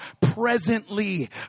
presently